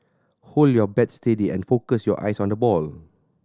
hold your bat steady and focus your eyes on the ball